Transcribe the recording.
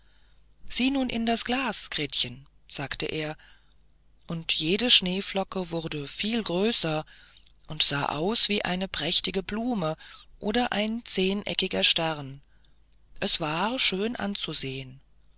sieh nun in das glas gretchen sagte er und jede schneeflocke wurde viel größer und sah aus wie eine prächtige blume oder ein zehneckiger stern es war schön anzusehen